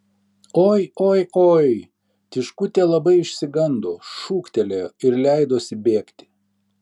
oi oi oi tiškutė labai išsigando šūktelėjo ir leidosi bėgti